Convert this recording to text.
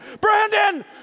Brandon